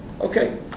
Okay